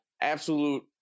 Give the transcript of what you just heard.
absolute